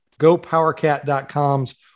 GoPowerCat.com's